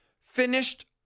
finished –